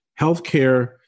Healthcare